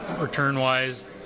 return-wise